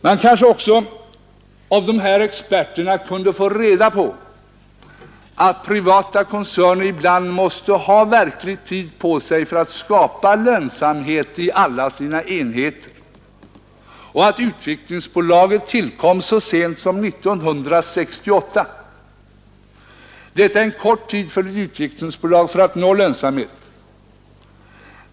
Man kanske också av de här experterna kunde få reda på att privata koncerner ibland verkligen måste ha tid på sig för att skapa lönsamhet i alla sina enheter och att Utvecklingsbolaget tillkom så sent som 1968. Detta är en kort tid för ett utvecklingsbolag för att nå lönsamhet.